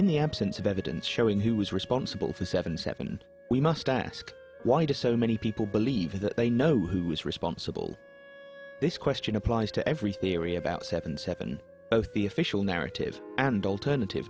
in the absence of evidence showing who was responsible for seven seven we must ask why do so many people believe that they know who is responsible this question applies to every theory about seven seven both the official narrative and alternative